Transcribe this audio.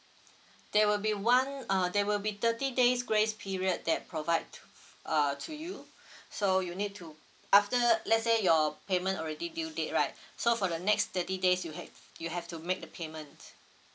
there will be one uh there will be thirty days grace period that provide uh to you so you need to after let's say your payment already due date right so for the next thirty days you ha~ you have to make the payment